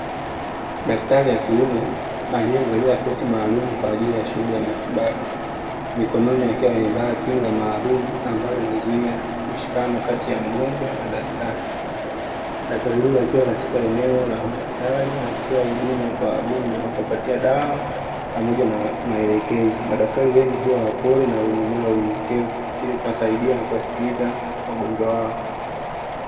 Daktari wa kiume, aliyevalia koti maalumu kwa ajili ya shughuli ya matibabu, mikononi akiwa amevaa kinga maalumu ambayo inazuia mshikano kati ya mgonjwa na daktari. Daktari huyo akiwa katika eneo la hospitali na kutoa huduma kwa wagonjwa au kuwapatia dawa pamoja na maelekezo. Madaktari wengi huwa wapole na wenye moyo wa unyenyekevu ili kuwasaidia na kuwasikiliza wagonjwa wao.